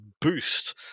boost